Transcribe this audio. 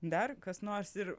dar kas nors ir